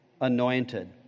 anointed